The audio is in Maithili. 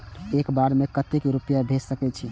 एक बार में केते रूपया भेज सके छी?